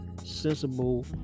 sensible